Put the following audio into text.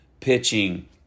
pitching